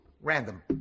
random